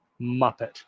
muppet